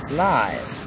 live